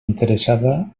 interessada